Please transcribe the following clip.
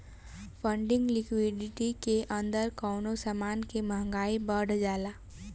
funding liquidity के अंदर कवनो समान के महंगाई बढ़ जाला